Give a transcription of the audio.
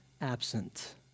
absent